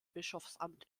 bischofsamt